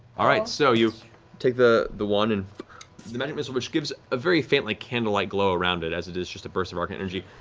all right, so you take the the wand, and the magic missile, which gives a very faint like candlelight glow around it as it is a burst of arcane energy,